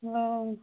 हँ